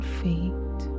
feet